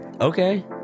Okay